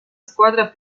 squadra